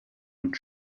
und